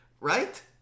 right